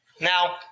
now